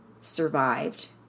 survived